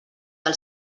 del